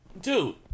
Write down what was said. dude